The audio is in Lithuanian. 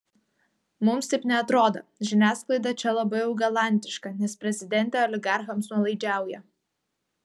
mums taip neatrodo žiniasklaida čia labai jau galantiška nes prezidentė oligarchams nuolaidžiauja